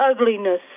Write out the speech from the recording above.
ugliness